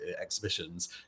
exhibitions